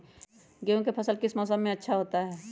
गेंहू का फसल किस मौसम में अच्छा होता है?